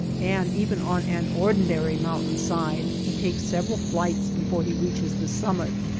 and even on an ordi nary mountain side he takes several flights be fore he reaches the summit.